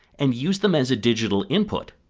and use them as a digital input.